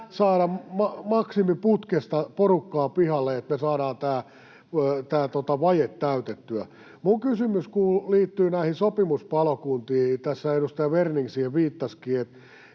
saada putkesta maksimi porukkaa pihalle, että me saadaan tämä vaje täytettyä. Kysymykseni liittyy sopimuspalokuntiin: Tässä edustaja Werning siihen viittasikin,